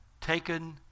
taken